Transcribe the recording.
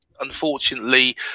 unfortunately